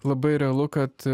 labai realu kad